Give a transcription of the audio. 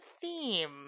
theme